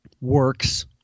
works